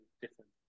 different